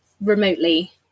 remotely